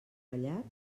ratllat